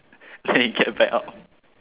then he get back up